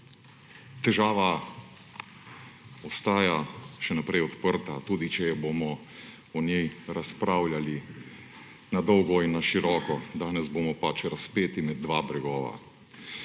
Težava ostaja še naprej odprta, tudi če bomo o njej razpravljali na dolgo in na široko. Danes bomo pač razpeti med dva bregova.